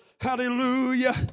Hallelujah